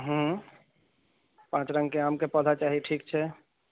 पाँच रङ्गके आमके पौधा चाही ठीक छै